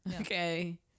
okay